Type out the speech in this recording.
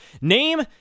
name